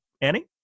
Annie